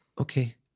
Okay